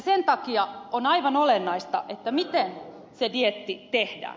sen takia on aivan olennaista miten se dieetti tehdään